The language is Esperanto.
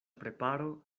preparo